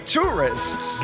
tourists